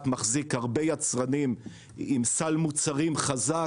מחזיק הרבה יצרנים עם סל מוצרים חזק,